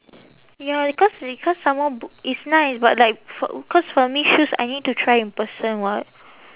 ya because because someone book it's nice but like for cause for me shoes I need to try in person [what]